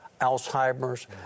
Alzheimer's